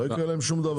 לא יקרה להם שום דבר.